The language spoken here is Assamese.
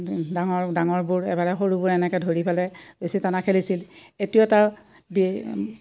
ডাঙৰ ডাঙৰবোৰ এফালে সৰুবোৰ এনেকৈ ধৰি পেলাই ৰছী টনা খেলিছিল এইটো এটা বি